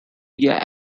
via